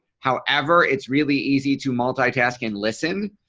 however, it's really easy to multitask and listen.